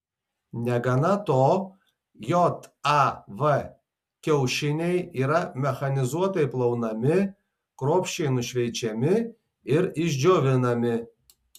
negana to jav kiaušiniai yra mechanizuotai plaunami kruopščiai nušveičiami ir išdžiovinami